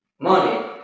Money